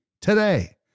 today